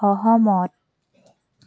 সহমত